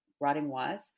writing-wise